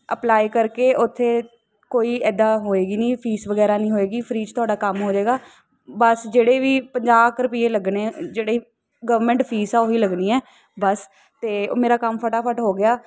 apply ਕਰਕੇ ਉੱਥੇ ਕੋਈ ਇੱਦਾਂ ਹੋਵੇਗੀ ਨਹੀਂ ਫੀਸ ਵਗੈਰਾ ਨਹੀਂ ਹੋਵੇਗੀ ਫਰੀ 'ਚ ਤੁਹਾਡਾ ਕੰਮ ਹੋ ਜਾਵੇਗਾ ਬਸ ਜਿਹੜੇ ਵੀ ਪੰਜਾਹ ਕ ਰੁਪਈਏ ਲੱਗਣੇ ਐ ਜਿਹੜੇ ਗਵਰਮੈਂਟ ਫੀਸ ਆ ਉਹ ਹੀ ਲੱਗਣੀ ਐ ਬਸ ਅਤੇ ਉਹ ਮੇਰਾ ਕੰਮ ਫਟਾਫਟ ਹੋ ਗਿਆ